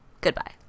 Goodbye